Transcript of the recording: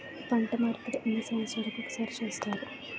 పంట మార్పిడి ఎన్ని సంవత్సరాలకి ఒక్కసారి చేస్తారు?